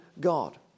God